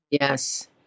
Yes